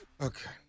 Okay